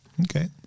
Okay